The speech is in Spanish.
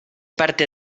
parte